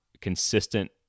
consistent